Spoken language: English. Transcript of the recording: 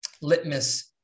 litmus